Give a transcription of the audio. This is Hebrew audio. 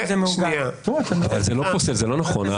אבל זה לא פוסל, זה לא נכון.